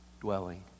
dwelling